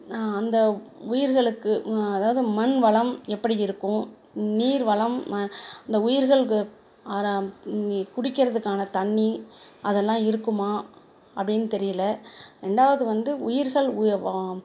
அந்த உயிர்களுக்கு அதாவது மண்வளம் எப்படி இருக்கும் நீர் வளம் அந்த உயிர்கள் கு ஆரா குடிக்கிறதுக்கான தண்ணி அதெல்லாம் இருக்குமா அப்படின்னு தெரியலை ரெண்டாவது வந்து உயிர்கள் உய் வா